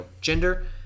gender